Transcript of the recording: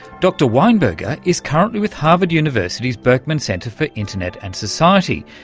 dr weinberger is currently with harvard university's berkman center for internet and society,